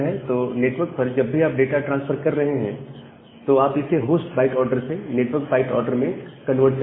तो नेटवर्क पर जब भी आप डाटा ट्रांसफर कर रहे हैं तो आप इसे होस्ट बाइट ऑर्डर से नेटवर्क बाइट ऑर्डर में कन्वर्ट करते हैं